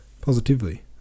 Positively